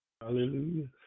Hallelujah